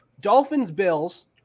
Dolphins-Bills